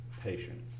patient